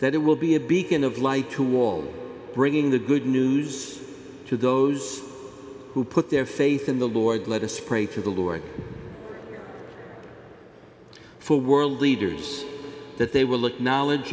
that it will be a beacon of light to wall bringing the good news to those who put their faith in the lord let us pray for the lord for world leaders that they will look knowledge